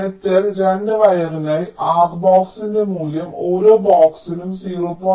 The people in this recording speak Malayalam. മെറ്റൽ 2 വയറിനായി R ബോക്സിന്റെ മൂല്യം ഓരോ ബോക്സിനും 0